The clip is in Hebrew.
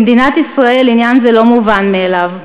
במדינת ישראל עניין זה לא מובן מאליו.